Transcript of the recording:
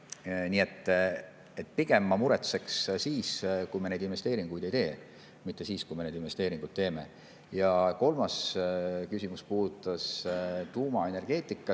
Nii et pigem ma muretseksin siis, kui me investeeringuid ei teeks, mitte siis, kui me neid teeme. Ja kolmas küsimus puudutas tuumaenergeetikat.